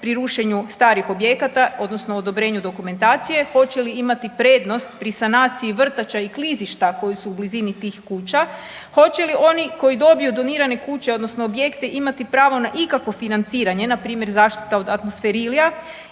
pri rušenju starih objekata, odnosno odobrenju dokumentacije, hoće li imati prednost pri sanaciji vrtača i klizišta koji su u blizini tih kuća. Hoće li oni koji dobiju donirane kuće, odnosno objekte imati pravo na ikakvo financiranje, na primjer zaštita od atmosferilija.